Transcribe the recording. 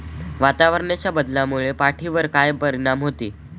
वातावरणाच्या बदलामुळे पावट्यावर काय परिणाम होतो?